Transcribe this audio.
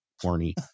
horny